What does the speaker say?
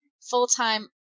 full-time